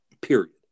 period